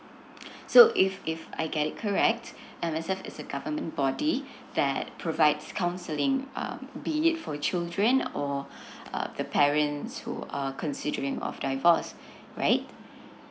so if if I get it correct M_S_F is a government body that provides counselling uh be it for children or uh the parents who are considering of divorce right